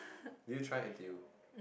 did you try N_T_U